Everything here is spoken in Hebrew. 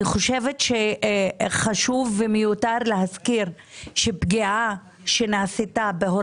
חשוב ומיותר להזכיר שפגיעה שתיעשה,